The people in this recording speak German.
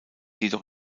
jedoch